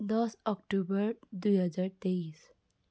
दस अक्टोबर दुई हजार तेइस